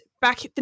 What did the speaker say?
back